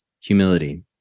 humility